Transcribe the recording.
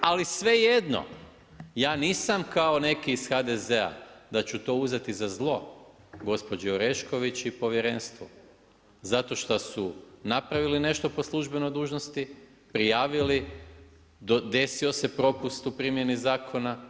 Ali svejedno, ja nisam kao neki iz HDZ-a da ću to uzeti za zlo gospođi Orešković i povjerenstvu zato šta su napravili nešto po službenoj dužnosti, prijavili, desio se propust u primjeni zakona.